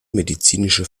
medizinische